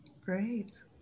Great